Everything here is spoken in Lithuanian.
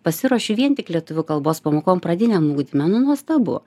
pasiruošiu vien tik lietuvių kalbos pamokom pradiniam ugdyme nu nuostabu